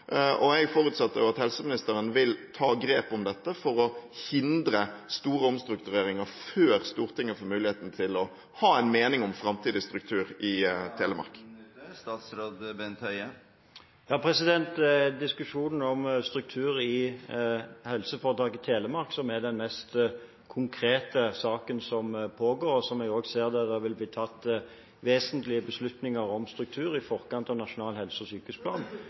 Jeg forutsetter at helseministeren vil ta grep om dette for å hindre store omstruktureringer, før Stortinget får muligheten til å ha en mening om framtidig struktur i Telemark. Diskusjonen om struktur i helseforetak i Telemark er den mest konkrete saken som pågår. Jeg ser også at det der vil bli tatt vesentlige beslutninger om struktur i forkant av nasjonal helse- og sykehusplan.